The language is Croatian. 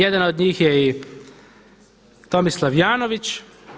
Jedan od njih je i Tomislav Janović.